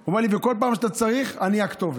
והוא אמר לי: בכל פעם שאתה צריך, אני הכתובת.